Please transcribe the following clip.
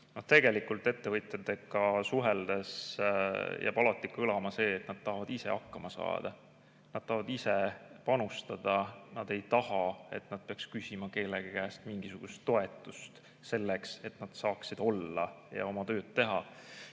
Tegelikult jääb ettevõtjatega suheldes alati kõlama see, et nad tahavad ise hakkama saada. Nad tahavad ise panustada, nad ei taha, et nad peaks küsima kellegi käest mingisugust toetust selleks, et nad saaksid olla ja oma tööd teha.